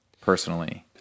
personally